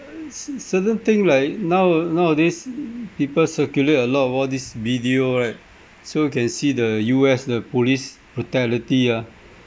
ce~ certain thing like now uh nowadays people circulate a lot of all this video right so can see the U_S the police brutality ah